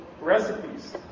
recipes